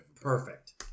perfect